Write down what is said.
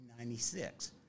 1996